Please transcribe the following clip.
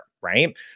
right